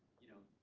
you know,